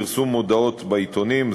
פרסום מודעות בעיתונים,